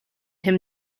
him